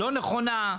לא נכונה?